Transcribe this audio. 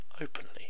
openly